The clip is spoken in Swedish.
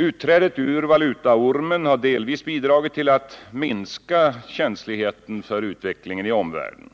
Utträdet ur valutaormen har delvis bidragit till att minska känsligheten för utvecklingen i omvärlden.